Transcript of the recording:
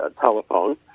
telephone